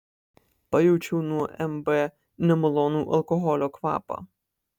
pajaučiau nuo mb nemalonų alkoholio kvapą